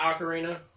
Ocarina